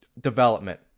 development